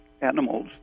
animals